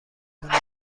کنم